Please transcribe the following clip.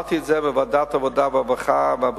אמרתי את זה בוועדת העבודה, הרווחה והבריאות,